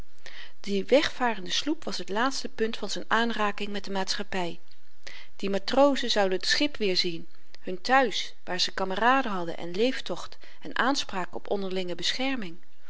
die wegvarende sloep was t laatste punt van z'n aanraking met de maatschappy die matrozen zouden t schip weerzien hun te-huis waar ze kameraden hadden en leeftocht en aanspraak op onderlinge bescherming